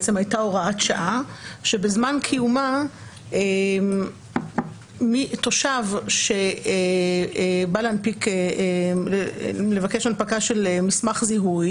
בעצם הייתה הוראת שעה שבזמן קיומה תושב שבא לבקש הנפקה של מסמך זיהוי